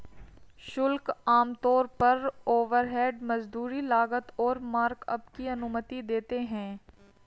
शुल्क आमतौर पर ओवरहेड, मजदूरी, लागत और मार्कअप की अनुमति देते हैं